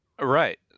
right